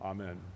Amen